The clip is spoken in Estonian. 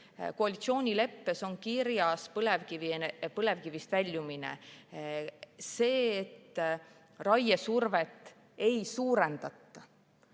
Koalitsioonileppes on kirjas põlevkivist väljumine ja ka see, et raiesurvet ei suurendata.